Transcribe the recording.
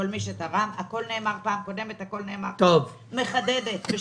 את הישיבה הראשונה בנושא לתת תמצית.